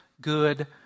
good